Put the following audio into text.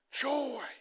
joy